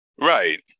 right